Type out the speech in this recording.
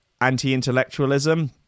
anti-intellectualism